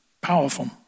powerful